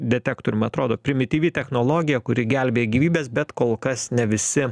detektorių man atrodo primityvi technologija kuri gelbėja gyvybes bet kol kas ne visi